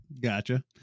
gotcha